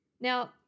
Now